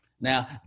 Now